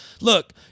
Look